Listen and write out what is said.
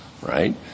right